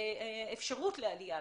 באפשרות לעלייה,